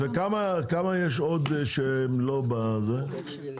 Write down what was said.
כמה יש עוד שהם מחכים?